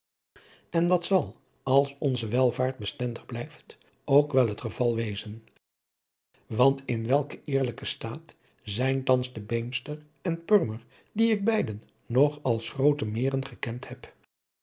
en dat zal als onze welvaart bestendig blijft ook wel het geval wezen want in welken heerlijken staat zijn thans de beemster en purmer die ik beide nog als groote meren gekend heb